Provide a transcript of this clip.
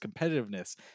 competitiveness